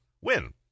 win